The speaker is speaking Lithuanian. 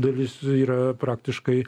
dalis yra praktiškai